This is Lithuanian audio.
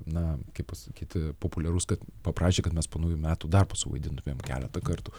na kaip pasakyt populiarus kad paprašė kad mes po naujų metų dar pasuvaidintumėm keletą kartų